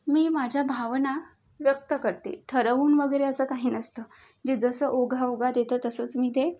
मी माझ्या भावना व्यक्त करते ठरवून वगैरे असं काही नसतं जे जसं ओघा ओघा येतं तसंच मी ते